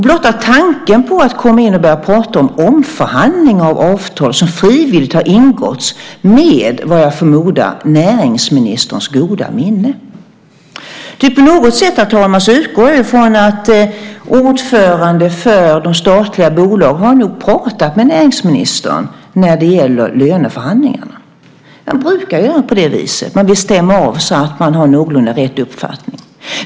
Blotta tanken på att gå in och börja tala om omförhandling av avtal som frivilligt ingåtts med, vad jag förmodar, näringsministerns goda minne är fel. Jag utgår, herr talman, från att ordförandena för de statliga företagen talat med näringsministern när det gäller löneförhandlingarna. Man brukar göra på det viset. Man stämmer av för att få någorlunda rätt uppfattning.